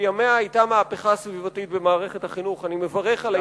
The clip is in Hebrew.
בימיה היתה מהפכה סביבתית במערכת החינוך ואני מברך על ההתקדמות הזאת.